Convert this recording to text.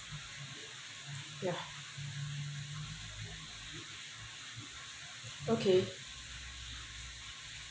ya okay